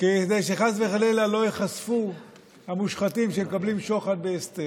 כדי שחס וחלילה לא ייחשפו המושחתים שמקבלים שוחד בהסתר,